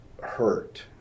hurt